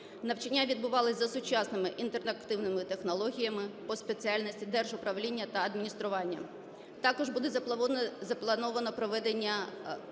Навчання відбувались за сучасними інтерактивними технологіями по спеціальності "Держуправління та адміністрування". Також буде заплановано проведення